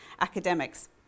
academics